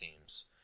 themes